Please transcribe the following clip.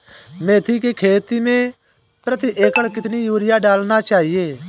मेथी के खेती में प्रति एकड़ कितनी यूरिया डालना चाहिए?